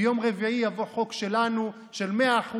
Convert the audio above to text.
ביום רביעי יבוא חוק שלנו של 100%,